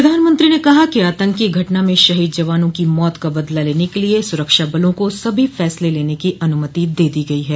प्रधानमंत्री ने कहा कि आतंकी घटना में शहीद जवानों की मौत का बदला लेने के लिये सुरक्षा बलों को सभी फसले लेने की अनुमति दे दी गई है